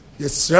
yes